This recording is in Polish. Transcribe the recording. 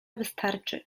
wystarczy